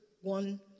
One